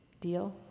Deal